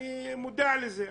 אני מודע לזה,